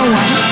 one